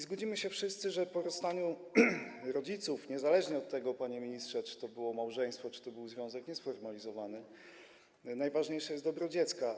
Zgodzimy się wszyscy, że po rozstaniu rodziców niezależnie od tego, panie ministrze, czy to było małżeństwo, czy to był związek niesformalizowany, najważniejsze jest dobro dziecka.